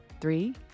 Three